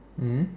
mmhmm